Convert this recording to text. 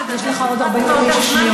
יש לך עוד 45 שניות.